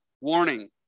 warning